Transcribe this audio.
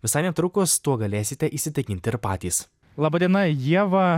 visai netrukus tuo galėsite įsitikinti ir patys laba diena ieva